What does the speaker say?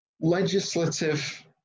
legislative